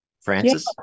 Francis